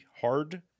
hard